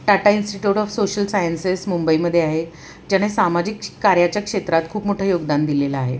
Tata Institute of Social Sciences मुंबईमध्ये आहे ज्याने सामाजिक कार्याच्या क्षेत्रात खूप मोठं योगदान दिलेलं आहे